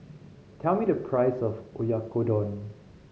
tell me the price of Oyakodon